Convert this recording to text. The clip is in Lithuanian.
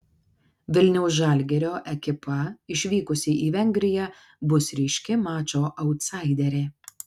vilniaus žalgirio ekipa išvykusi į vengriją bus ryški mačo autsaiderė